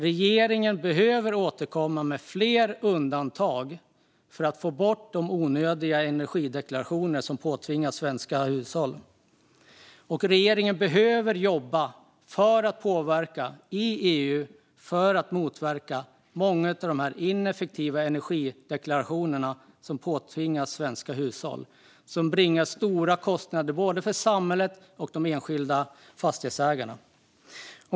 Regeringen behöver återkomma med fler undantag för att få bort de onödiga energideklarationer som påtvingas svenska hushåll, och regeringen behöver jobba för att påverka i EU för att motverka många av dessa ineffektiva energideklarationer som påtvingas svenska hushåll och som medför stora kostnader både för samhället och för de enskilda fastighetsägarna.